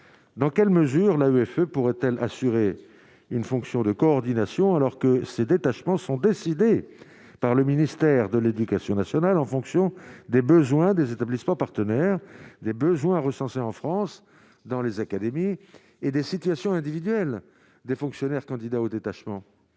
dans quelle mesure l'EFE pourrait-elle assurer une fonction de coordination alors que ces détachements sont décidées par le ministère de l'Éducation nationale en fonction des besoins des établissements partenaires des besoins recensés en France. Dans les académies et des situations individuelles des fonctionnaires candidat au détachement